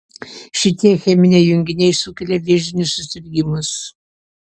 šitie cheminiai junginiai sukelia vėžinius susirgimus